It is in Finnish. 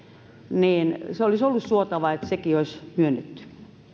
olisi ollut suotavaa että sekin olisi myönnetty